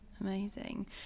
Amazing